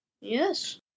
Yes